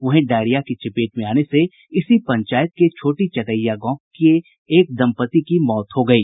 वहीं डायरिया की चपेट में आने से इसी पंचायत के छोटी चटैया गांव की एक दंपति की मौत हो गयी